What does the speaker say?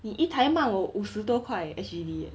你一台卖我五十多块 S_G_D eh